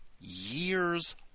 years